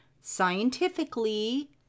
scientifically